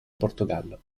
portogallo